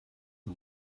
her